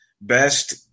best –